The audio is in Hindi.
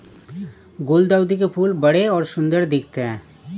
गुलदाउदी के फूल बड़े और सुंदर दिखते है